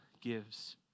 gives